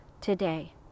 today